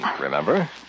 remember